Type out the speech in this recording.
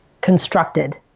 constructed